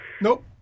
Nope